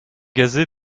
gazé